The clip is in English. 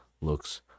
looks